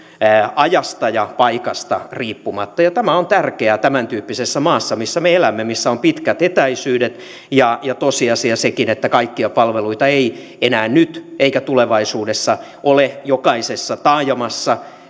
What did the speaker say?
ajasta ja paikasta riippumatta ja tämä on tärkeää tämän tyyppisessä maassa missä me elämme missä on pitkät etäisyydet ja ja tosiasia on sekin että kaikkia palveluita ei enää nyt eikä tulevaisuudessa ole jokaisessa taajamassa